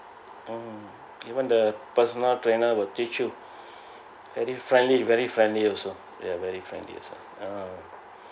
mm even the personal trainer will teach you very friendly very friendly also they're very friendly also ah